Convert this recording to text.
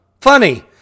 funny